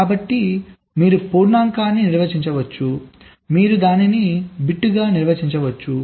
కాబట్టి మీరు పూర్ణాంకాన్ని నిర్వచించవచ్చు మీరు దానిని బిట్గా నిర్వచించవచ్చు